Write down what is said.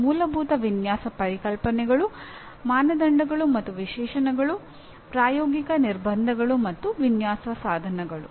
ಅವು ಮೂಲಭೂತ ವಿನ್ಯಾಸ ಪರಿಕಲ್ಪನೆಗಳು ಮಾನದಂಡಗಳು ಮತ್ತು ವಿಶೇಷಣಗಳು ಪ್ರಾಯೋಗಿಕ ನಿರ್ಬಂಧಗಳು ಮತ್ತು ವಿನ್ಯಾಸ ಸಾಧನಗಳು